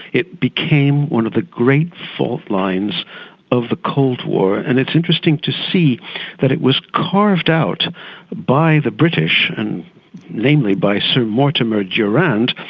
it became one of the great faultlines of the cold war, and it's interesting to see that it was carved out by the british and mainly by sir mortimer durrand,